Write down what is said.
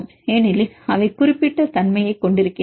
ஏனெனில் அவை குறிப்பிட்ட தன்மையைக் கொண்டிருக்கினறன